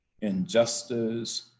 injustice